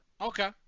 okay